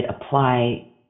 apply